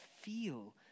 feel